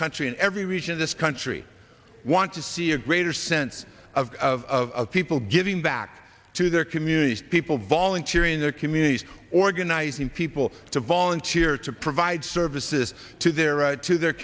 country in every region of this country want to see a greater sense of people giving back to their communities people volunteering their communities organizing people to volunteer to provide services to their to their